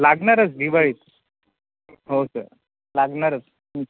लागणारच दिवाळीत हो सर लागणारच